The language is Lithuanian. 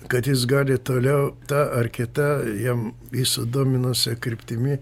kad jis gali toliau ta ar kita jam jį sudominusia kryptimi